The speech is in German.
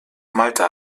malta